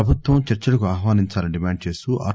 ప్రభుత్వం చర్చలకు ఆహ్వానించాలని డిమాండ్ చేస్తూ ఆర్